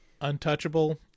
untouchable